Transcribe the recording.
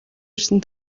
ирсэн